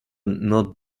not